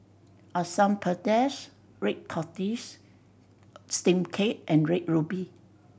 Asam Pedas red tortoise steamed cake and Red Ruby